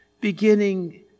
beginning